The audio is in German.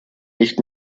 nicht